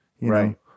Right